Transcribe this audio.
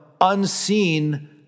unseen